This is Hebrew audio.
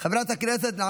חבר הכנסת מיקי לוי,